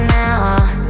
now